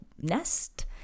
nest